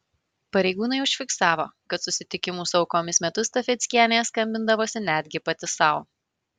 pareigūnai užfiksavo kad susitikimų su aukomis metu stafeckienė skambindavosi netgi pati sau